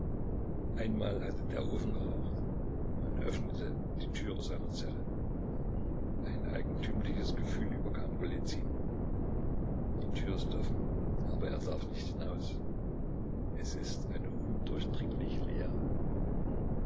einmal hatte der ofen geraucht man öffnete die türe seiner zelle ein eigentümliches gefühl überkam golizyn die tür ist offen aber er darf nicht hinaus es ist eine undurchdringliche leere